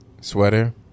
Sweater